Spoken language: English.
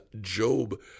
Job